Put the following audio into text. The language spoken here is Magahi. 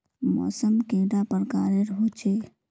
मौसम कैडा प्रकारेर होचे?